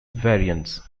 variants